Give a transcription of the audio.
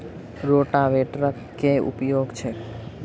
रोटावेटरक केँ उपयोग छैक?